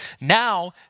Now